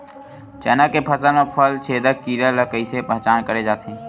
चना के फसल म फल छेदक कीरा ल कइसे पहचान करे जाथे?